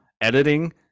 editing